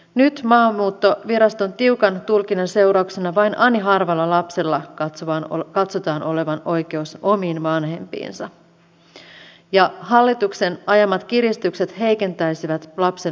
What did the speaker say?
nyt maahanmuuttoviraston tiukan tulkinnan seurauksena vain ani harvalla lapsella katsotaan olevan oikeus omiin vanhempiinsa ja hallituksen ajamat kiristykset heikentäisivät lapsen asemaa entisestään